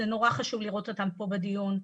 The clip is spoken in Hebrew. זה נורא חשוב לראות אותם פה בדיון.